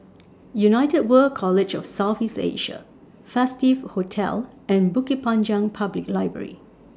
United World College of South East Asia Festive Hotel and Bukit Panjang Public Library